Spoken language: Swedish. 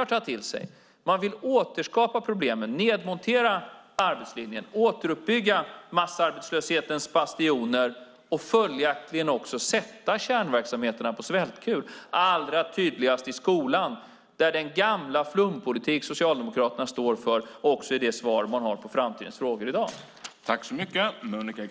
att ta till sig. Man vill återskapa problemen, nedmontera arbetslinjen, återuppbygga massarbetslöshetens bastioner och följaktligen också sätta kärnverksamheterna på svältkur. Allra tydligast är det i skolan, där den gamla flumpolitiken som Socialdemokraterna står för också är det svar man har på framtidens frågor i dag.